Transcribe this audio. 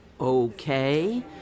Okay